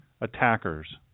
attackers